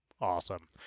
awesome